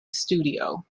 studio